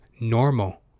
normal